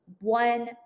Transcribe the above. one